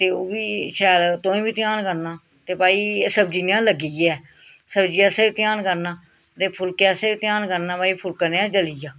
ते ओह् बी शैल तुआईं बी ध्यान करना ते भाई सब्ज़ी नेईं ना लग्गी ऐ सब्ज़ी आस्सै बी ध्यान करना ते फुलके आस्सै बी ध्यान करना भाई फुलका नी जली जा